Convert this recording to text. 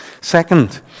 Second